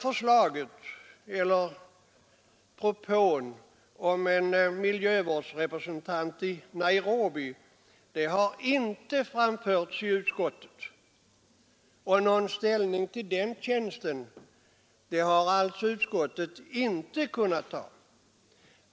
Förslaget om en miljövårdsrepresentant i Nairobi har inte framförts i utskottet, och utskottet har alltså inte kunnat ta någon ställning till den tjänsten.